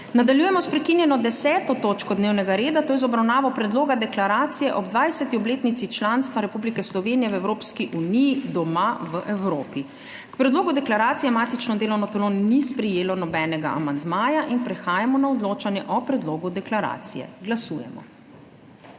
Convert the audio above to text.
**Nadaljujemo s prekinjeno 10. točko dnevnega reda, to je z obravnavo Predloga deklaracije ob 20. obletnici članstva Republike Slovenije v Evropski uniji »Doma v Evropi«.** K predlogu deklaracije matično delovno telo ni sprejelo nobenega amandmaja. Prehajamo na odločanje o predlogu deklaracije. Glasujemo.